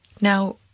Now